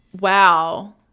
wow